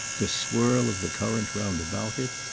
the swirl of the current roundabout it.